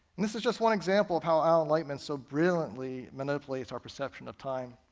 and this is just one example of how al lightman so brilliantly manipulates our perception of time.